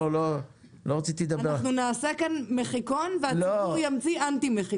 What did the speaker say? אנחנו נעשה כאן מחיקון והציבור ימציא אנטי מחיקון.